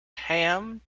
ham